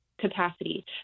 capacity